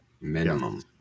Minimum